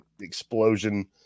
explosion